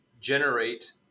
generate